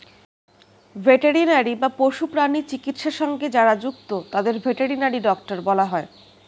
veterinary বা পশু প্রাণী চিকিৎসা সঙ্গে যারা যুক্ত তাদের ভেটেরিনারি ডক্টর বলা হয়